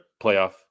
playoff